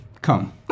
Come